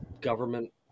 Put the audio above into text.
government